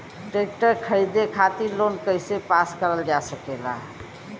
Tractor खरीदे खातीर loan कइसे पास करल जा सकेला?